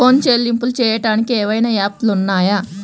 Phone చెల్లింపులు చెయ్యటానికి ఏవైనా యాప్లు ఉన్నాయా?